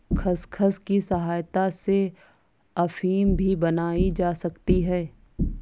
खसखस की सहायता से अफीम भी बनाई जा सकती है